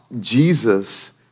Jesus